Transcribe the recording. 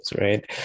right